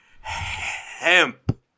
hemp